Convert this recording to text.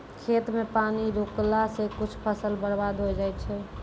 खेत मे पानी रुकला से कुछ फसल बर्बाद होय जाय छै